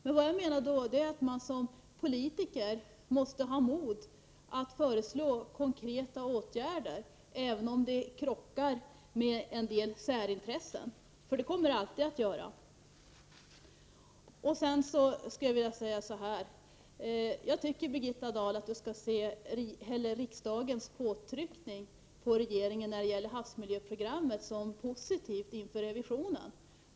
Som politiker måste man då ha mod att föreslå konkreta åtgärder, även om de krockar med en del särintressen, för så kommer det alltid att vara. Sedan skulle jag vilja säga så här: Jag tycker att Birgitta Dahl skall se riksdagens påtryckning på regeringen när det gäller havsmiljöprogrammet som någonting positivt inför revisionen.